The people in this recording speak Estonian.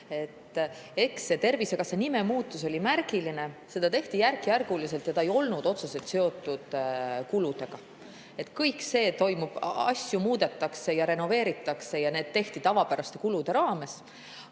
Eks see Tervisekassa nime muutus oli märgiline. Seda tehti järkjärguliselt ja see ei olnud otseselt seotud kuludega. Kõik see toimub, asju muudetakse ja renoveeritakse. See tehti tavapäraste kulude raames. Aga